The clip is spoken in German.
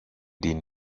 den